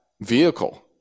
vehicle